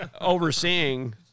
overseeing